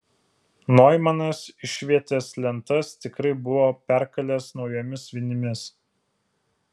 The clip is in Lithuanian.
noimanas išvietės lentas tikrai buvo perkalęs naujomis vinimis